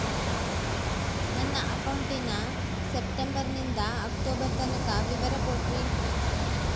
ನನ್ನ ಅಕೌಂಟಿನ ಸೆಪ್ಟೆಂಬರನಿಂದ ಅಕ್ಟೋಬರ್ ತನಕ ವಿವರ ಕೊಡ್ರಿ?